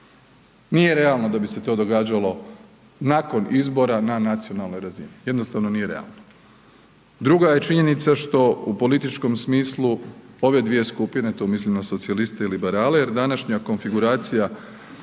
Nije realno da bi se to događalo nakon izbora na nacionalnoj razini, jednostavno nije realno. Druga je činjenica što u političkom smislu ove dvije skupine, tu mislim na socijaliste i liberale jer današnja konfiguracija